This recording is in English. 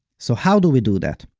so how do we do that?